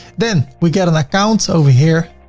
then we get an account over here.